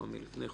כבר לפני חודש,